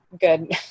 good